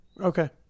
Okay